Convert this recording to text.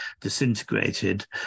disintegrated